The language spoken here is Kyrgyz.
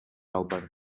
албайм